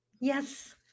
yes